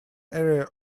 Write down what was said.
area